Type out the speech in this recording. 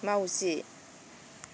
माउजि